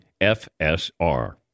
FSR